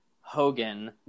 Hogan